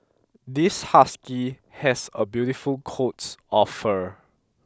this husky has a beautiful coat of fur